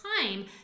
time